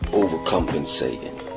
overcompensating